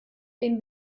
den